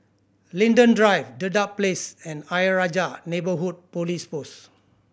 Linden Drive Dedap Place and Ayer Rajah Neighbourhood Police Post